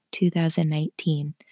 2019